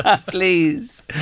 Please